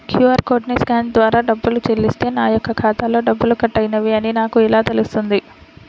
QR కోడ్ని scan ద్వారా డబ్బులు చెల్లిస్తే నా యొక్క ఖాతాలో డబ్బులు కట్ అయినవి అని నాకు ఎలా తెలుస్తుంది?